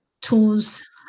tools